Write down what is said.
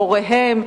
הוריהם,